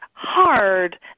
hard